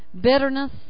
bitterness